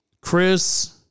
Chris